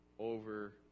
Over